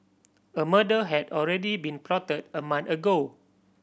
a murder had already been plotted a month ago